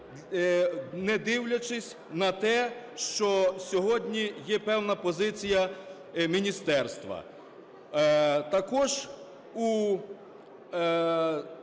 не дивлячись на те, що сьогодні є певна позиція міністерства. Також